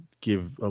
give